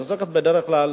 היא עוסקת בדרך כלל